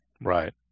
Right